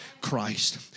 Christ